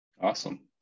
awesome